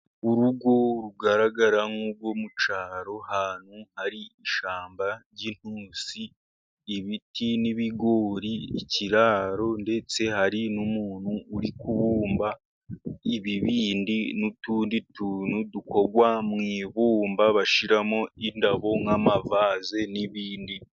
Urugo rugaragara nk'urwo mu cyaro, ahantu hari ishyamba ry'intusi ibiti n'ibigori, ikiraro, ndetse hari n'umuntu uri kubumba ibibindi n'utundi tuntu dukorwa mu ibumba bashiramo indabo, nk'amavaze n'ibindi.